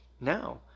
now